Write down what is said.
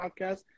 Podcast